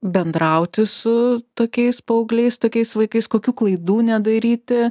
bendrauti su tokiais paaugliais tokiais vaikais kokių klaidų nedaryti